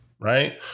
right